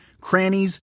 crannies